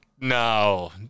No